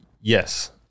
yes